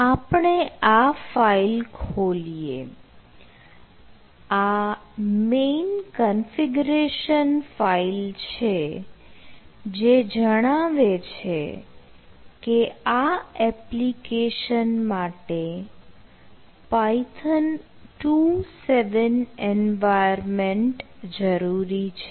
આપણે આ ફાઇલ ખોલીએ આ મેઈન કન્ફિગરેશન ફાઇલ છે જે જણાવે છે કે આ એપ્લિકેશન માટે python 2 7 એન્વાયરમેન્ટ જરૂરી છે